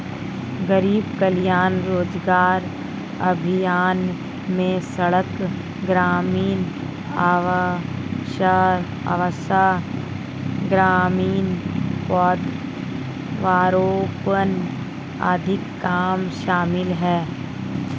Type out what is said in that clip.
गरीब कल्याण रोजगार अभियान में सड़क, ग्रामीण आवास, बागवानी, पौधारोपण आदि काम शामिल है